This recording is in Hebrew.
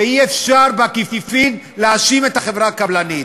ואי-אפשר בעקיפין להאשים את החברה הקבלנית.